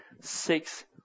six